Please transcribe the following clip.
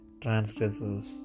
transgressors